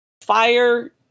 fire